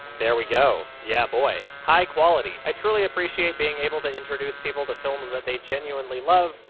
there we go. yeah boy. high quality. i truly appreciate being able to introduce people to films that they genuinely love,